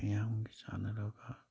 ꯃꯤꯌꯥꯝꯒꯤ ꯆꯥꯟꯅꯅꯕ